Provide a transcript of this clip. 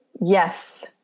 yes